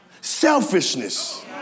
selfishness